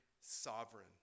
sovereign